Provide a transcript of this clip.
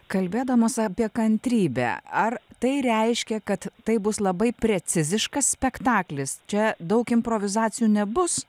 kalbėdamas apie kantrybę ar tai reiškia kad taip bus labai preciziškas spektaklis čia daug improvizacijų nebus